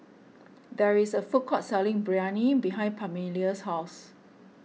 there is a food court selling Biryani behind Pamelia's house